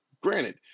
Granted